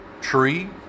tree